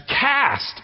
Cast